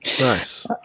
Nice